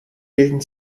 bilden